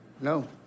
No